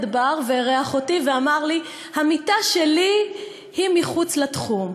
בר ואירח אותי ואמר לי: המיטה שלי היא מחוץ לתחום,